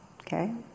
okay